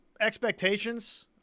expectations